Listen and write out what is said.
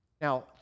Now